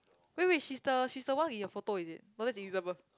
wait wait she's the she's the one in your photo is it no that's Elizabeth